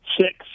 six